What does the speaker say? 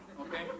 Okay